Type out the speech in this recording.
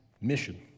mission